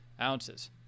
ounces